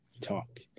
talk